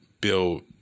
build